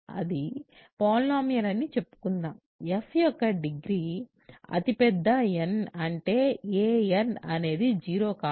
ఇది పాలినామియల్ అని చెప్పుకుందాం f యొక్క డిగ్రీ అతిపెద్ద n అంటే a n అనేది జీరో కాదు